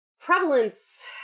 prevalence